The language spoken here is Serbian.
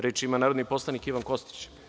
Reč ima narodni poslanik Ivan Kostić.